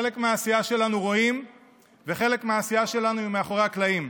חלק מהעשייה שלנו רואים וחלק מהעשייה שלנו היא מאחורי הקלעים.